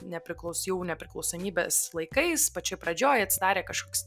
nepriklaus jau nepriklausomybės laikais pačioj pradžioj atsidarė kažkoks